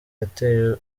yateye